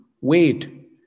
wait